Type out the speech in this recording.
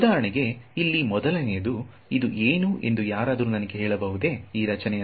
ಉದಾಹರಣೆಗೆ ಇಲ್ಲಿ ಮೊದಲನೆಯದು ಇದು ಏನು ಎಂದು ಯಾರಾದರೂ ನನಗೆ ಹೇಳಬಹುದು ಈ ರಚನೆ